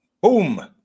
Boom